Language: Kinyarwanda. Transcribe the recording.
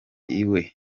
iwe